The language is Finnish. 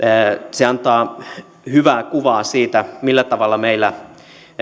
se antaa hyvää kuvaa siitä millä tavalla meillä